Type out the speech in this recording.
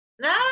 no